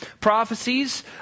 prophecies